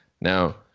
Now